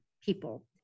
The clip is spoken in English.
people